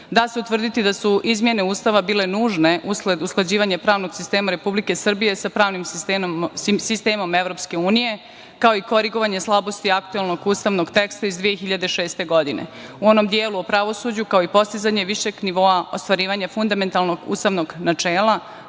da se utvrditi da su izmene Ustava bile nužne usled usklađivanja pravnog sistema Republike Srbije sa pravnim sistemom Evropske unije, kao i korigovanje slabosti aktuelnog ustavnog teksta iz 2006. godine u onom delu o pravosuđu, kao i postizanje višeg nivoa ostvarivanja fundamentalnog ustavnog načela,